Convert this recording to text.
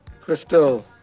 Crystal